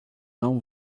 não